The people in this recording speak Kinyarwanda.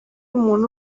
muntu